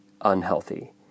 unhealthy